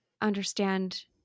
understand